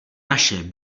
naše